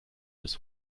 des